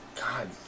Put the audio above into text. God